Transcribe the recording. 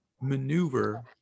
maneuver